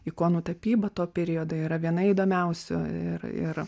ikonų tapyba to periodo yra viena įdomiausių ir ir